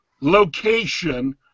location